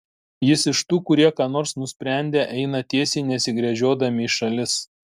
jis iš tų kurie ką nors nusprendę eina tiesiai nesigręžiodami į šalis